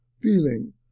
feeling